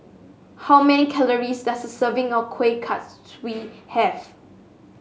how many calories does a serving of Kuih Kaswi have